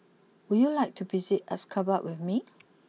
would you like to visit Ashgabat with me